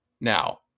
Now